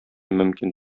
мөмкин